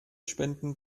spenden